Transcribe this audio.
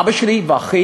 אבא שלי ואחיו,